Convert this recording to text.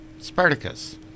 Spartacus